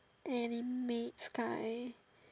any maid sky